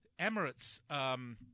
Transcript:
Emirates –